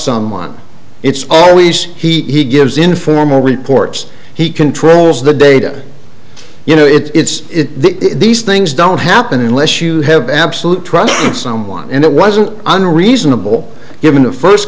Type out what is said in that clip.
someone it's always he gives informal reports he controls the data you know it's these things don't happen unless you have absolute trust to someone and it wasn't an reasonable given a first